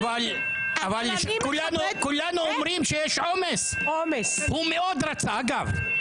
אבל כולנו אומרים שיש עומס, אגב, הוא מאוד רצה.